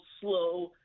slow